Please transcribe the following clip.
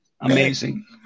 Amazing